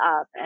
up